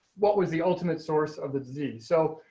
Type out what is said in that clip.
what was the ultimate source of the z. so,